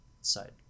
side